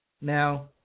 Now